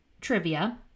trivia